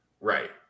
Right